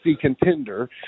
contender